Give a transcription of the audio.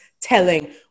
telling